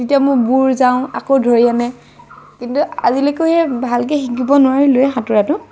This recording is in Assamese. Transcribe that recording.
তেতিয়া মই বুৰ যাওঁ আকৌ ধৰি আনে কিন্তু আজিলৈকে ভালকে শিকিব নোৱাৰিলোঁৱে সাঁতুৰাটো